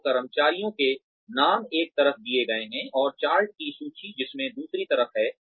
तो कर्मचारियों के नाम एक तरफ दिए गए हैं और चार्ट की सूची जिसमें दूसरी तरफ है